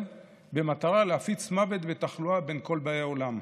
במטרה להפיץ מוות ותחלואה בין כל באי עולם.